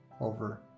over